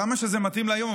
כמה שזה מתאים להיום,